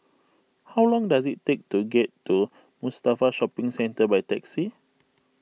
how long does it take to get to Mustafa Shopping Centre by taxi